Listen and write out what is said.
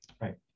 Right